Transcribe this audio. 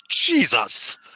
Jesus